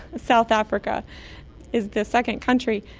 south africa is the second country,